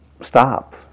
stop